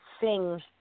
sing